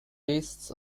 lists